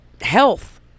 health